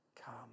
Come